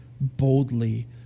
boldly